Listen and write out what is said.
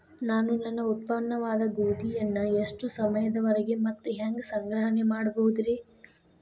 ನಾನು ನನ್ನ ಉತ್ಪನ್ನವಾದ ಗೋಧಿಯನ್ನ ಎಷ್ಟು ಸಮಯದವರೆಗೆ ಮತ್ತ ಹ್ಯಾಂಗ ಸಂಗ್ರಹಣೆ ಮಾಡಬಹುದುರೇ?